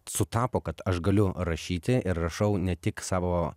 sutapo kad aš galiu rašyti ir rašau ne tik savo